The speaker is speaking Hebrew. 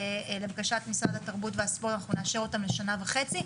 לבקשת משרד התרבות והספורט אנחנו נאשר לשנה וחצי.